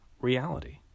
reality